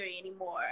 anymore